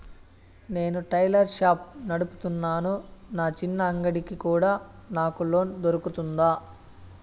నేను tailor shop నడుపుతున్నాను, నా చిన్న అంగడి కి కూడా నాకు లోను దొరుకుతుందా?